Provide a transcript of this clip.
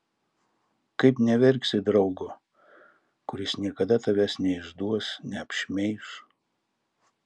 kaip neverksi draugo kuris niekada tavęs neišduos neapšmeiš